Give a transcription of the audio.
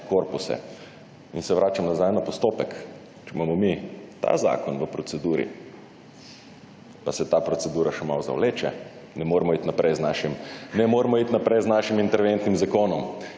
korpuse. In se vračam nazaj na postopek. Če imamo mi ta zakon v proceduri, pa se ta procedura še malo zavleče, ne moremo iti naprej z našim interventnim zakonom.